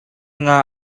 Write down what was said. nga